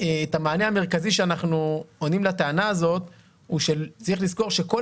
את המענה המרכזי שאנחנו עונים לטענה הזאת הוא שצריך לזכור שכל